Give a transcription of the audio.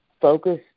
focus